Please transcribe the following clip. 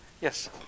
Yes